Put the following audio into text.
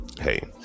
hey